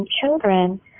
children